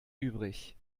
übrig